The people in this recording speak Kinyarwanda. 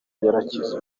yakize